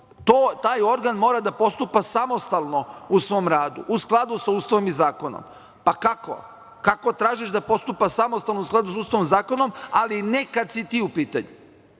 taj organ mora da postupa samostalno u svom radu u skladu sa Ustavom i zakonom. Pa, kako? Kako tražiš da postupa samostalno u skladu sa Ustavom i zakonom, ali ne kada si ti u pitanju? Time